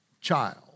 child